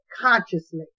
consciously